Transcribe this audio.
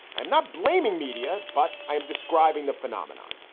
i'm not blaming media, but i am describing the phenomenon.